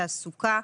תעסוקה,